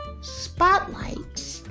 spotlights